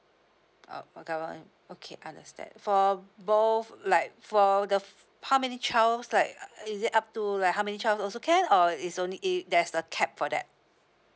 oh the government okay understand for both like for the f~ how many child like is it up to like how many child also can or is only i~ there's a cap for that